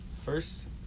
First